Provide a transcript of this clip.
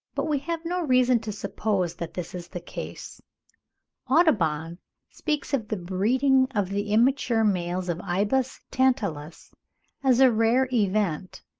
but we have no reason to suppose that this is the case audubon speaks of the breeding of the immature males of ibis tantalus as a rare event,